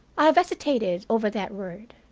i have hesitated over that word.